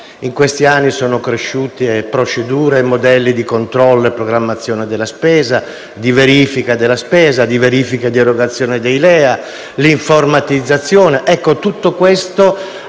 in questi anni sono cresciuti procedure e modelli di controllo e programmazione della spesa, di verifica della spesa, di verifica e di erogazione dei LEA, di informatizzazione.